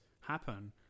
happen